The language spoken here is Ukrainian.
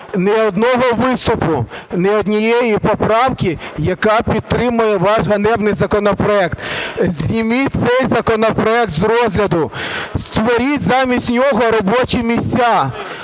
ні кожного виступу, ні однієї поправки, яка підтримує ваш ганебний законопроект. Зніміть цей законопроект з розгляду, створіть замість нього робочі місця,